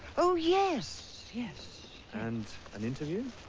oh yes yes. and an interview.